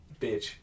Bitch